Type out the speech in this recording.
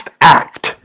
act